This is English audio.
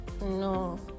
no